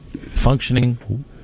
functioning